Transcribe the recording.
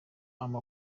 ubu